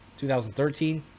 2013